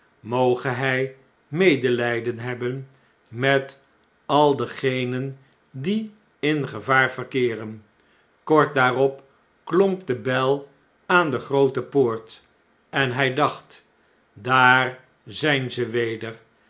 moge hij medelgden hebben met al degenen die in gevaar verkeeren kort daarop klonk de bel aan de groote poort en hij dacht daar z jn ze weder